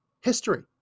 History